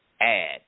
add